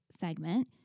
segment